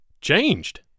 changed